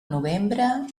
novembre